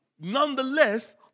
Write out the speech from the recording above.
nonetheless